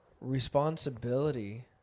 responsibility